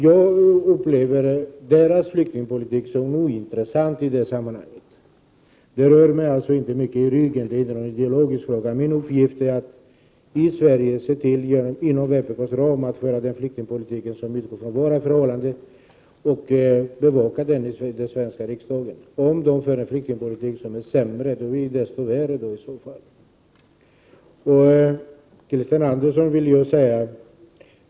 Jag upplever dessa länders flyktingpolitik som ointressant i det här sammanhanget. Den rör mig inte i ryggen, och den är inte en ideologisk fråga. Min uppgift är att i Sverige inom vpk:s ram föra den flyktingpolitik som utgår från våra förhållanden och bevaka flyktingpolitiken i den svenska riksdagen. Om dessa länder för en flyktingpolitik som är sämre är det i så fall desto värre.